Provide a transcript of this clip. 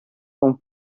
con